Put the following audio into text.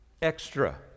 Extra